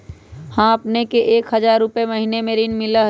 हां अपने के एक हजार रु महीने में ऋण मिलहई?